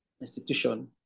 institution